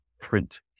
print